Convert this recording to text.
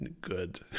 good